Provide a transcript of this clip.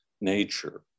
nature